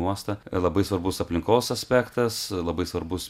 uostą labai svarbus aplinkos aspektas labai svarbus